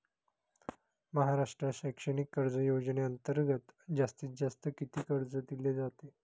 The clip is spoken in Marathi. महाराष्ट्र शैक्षणिक कर्ज योजनेअंतर्गत जास्तीत जास्त किती कर्ज दिले जाते?